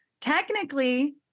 technically